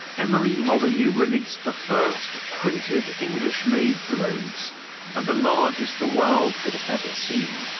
emery molyneux released the first printed english-made globes and the largest the world had ever seen.